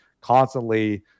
constantly